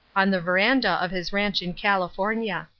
on the verandah of his ranch in california.